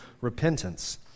repentance